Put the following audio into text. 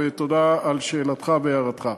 תודה על שאלתך והערתך.